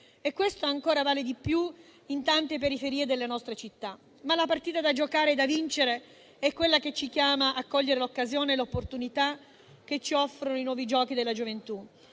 vale ancora di più in tante periferie delle nostre città. La partita da giocare e da vincere è quella che ci chiama a cogliere l'occasione e l'opportunità che ci offrono i Nuovi giochi della gioventù: